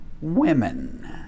women